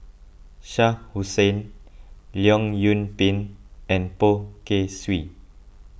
Shah Hussain Leong Yoon Pin and Poh Kay Swee